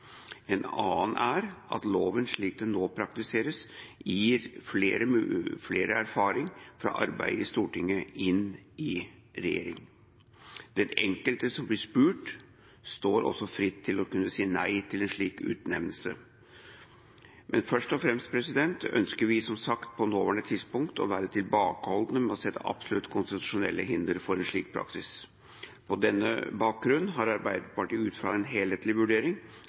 er at loven slik den nå praktiseres, gir flere erfaring fra arbeidet i Stortinget inn i regjering. Den enkelte som blir spurt, står også fritt til å kunne si nei til en slik utnevnelse. Men først og fremst ønsker vi som sagt på det nåværende tidspunkt å være tilbakeholdne med å sette absolutte konstitusjonelle hindre for en slik praksis. På denne bakgrunn har Arbeiderpartiet ut fra en helhetlig vurdering